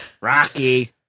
Rocky